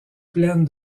pleine